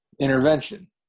Intervention